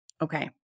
Okay